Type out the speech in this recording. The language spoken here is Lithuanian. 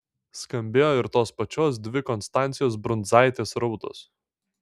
skambėjo ir tos pačios dvi konstancijos brundzaitės raudos